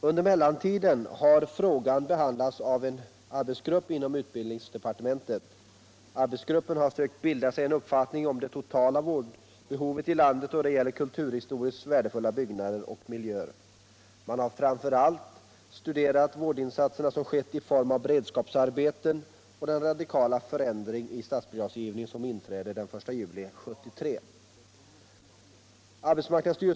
Under mellantiden har frågan behandlats av en arbetsgrupp inom utbildningsdepartementet. Arbetsgruppen har sökt bilda sig en uppfattning om det totala vårdbehovet i landet då det gäller kulturhistoriskt värdefulla byggnader och miljöer. Man har framför allt studerat de vårdinsatser som skett i form av beredskapsarbeten och den radikala förändring i statsbidragsgivningen som inträdde den 1 juli 1973.